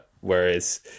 whereas